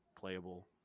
playable